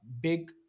big